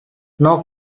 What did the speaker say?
nor